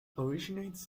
originates